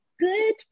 good